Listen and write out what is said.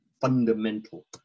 fundamental